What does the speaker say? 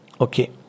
Okay